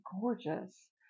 gorgeous